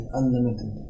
unlimited